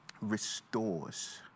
restores